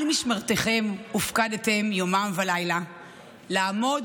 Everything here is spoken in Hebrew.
"על משמרתכם הופקדתם יומם ולילה לעמוד